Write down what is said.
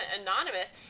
anonymous